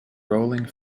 rolling